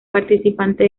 participante